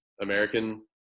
American